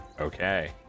okay